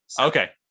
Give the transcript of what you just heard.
Okay